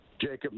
Jacob